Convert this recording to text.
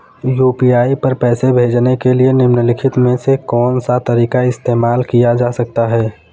UPI पर पैसे भेजने के लिए निम्नलिखित में से कौन सा तरीका इस्तेमाल किया जा सकता है?